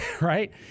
right